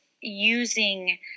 using